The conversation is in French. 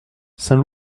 saint